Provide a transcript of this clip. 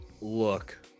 look